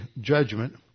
judgment